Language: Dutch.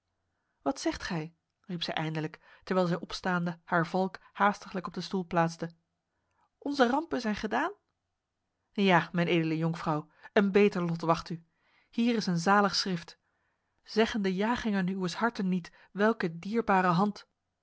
wat zegt gij riep zij eindelijk terwijl zij opstaande haar valk haastiglijk op de stoel plaatste onze rampen zijn gedaan ja mijn edele jonkvrouw een beter lot wacht u hier is een zalig schrift zeggen de jagingen uwes harten niet welke dierbare hand